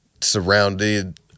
surrounded